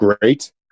great